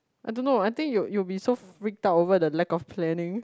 I don't know I think you you'll be so freaked out over the lack of planning